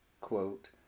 quote